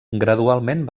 gradualment